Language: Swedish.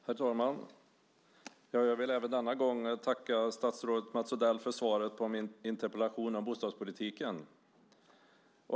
Herr talman! Jag vill även denna gång tacka statsrådet Mats Odell för svaret på min interpellation om bostadspolitiken.